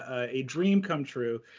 ah a dream come true.